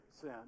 sin